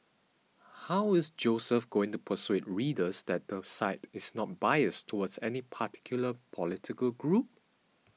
how is Joseph going to persuade readers that the site is not biased towards any particular political group